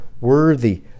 worthy